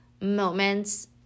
moments